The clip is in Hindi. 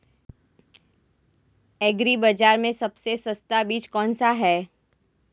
एग्री बाज़ार में सबसे सस्ता बीज कौनसा है?